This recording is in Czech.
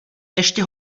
ještě